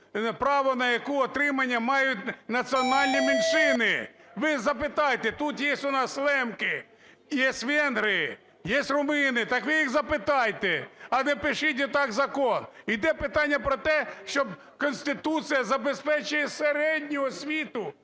право на яку, отримання, мають національні меншини. Ви запитайте, тут є у нас лемки і є венгри, є румуни. Так ви їх запитайте, а не пишіть отак закон. Іде питання про те, що Конституція забезпечує середню освіту